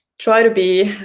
try to be